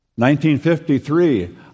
1953